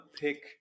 pick